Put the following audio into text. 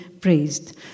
praised